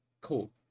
Cool